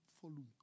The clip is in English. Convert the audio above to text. following